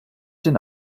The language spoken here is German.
den